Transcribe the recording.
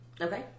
Okay